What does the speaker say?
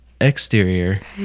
exterior